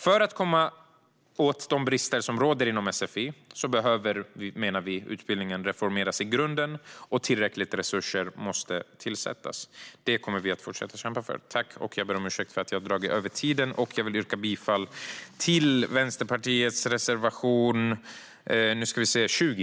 För att komma åt de brister som råder inom sfi behöver, menar vi, utbildningen reformeras i grunden, och tillräckliga resurser måste tillsättas. Det kommer vi att fortsätta kämpa för. Jag ber om ursäkt för att jag har dragit över tiden. Jag yrkar bifall till Vänsterpartiets reservation 20.